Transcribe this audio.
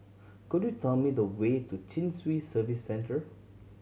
could you tell me the way to Chin Swee Service Centre